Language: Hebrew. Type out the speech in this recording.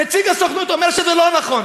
נציג הסוכנות אומר שזה לא נכון.